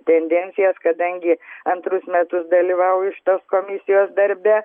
tendencijas kadangi antrus metus dalyvauju šitos komisijos darbe